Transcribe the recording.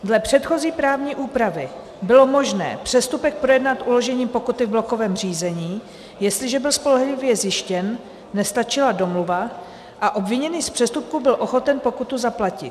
Dle předchozí právní úpravy bylo možné přestupek projednat uložením pokuty v blokovém řízení, jestliže byl spolehlivě zjištěn, nestačila domluva a obviněný z přestupku byl ochoten pokutu zaplatit.